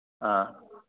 ꯑꯥ